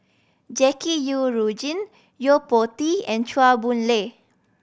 Jackie Yi Ru Ying Yo Po Tee and Chua Boon Lay